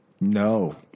No